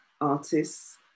artists